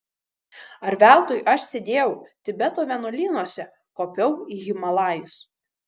ar veltui aš sėdėjau tibeto vienuolynuose kopiau į himalajus